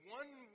one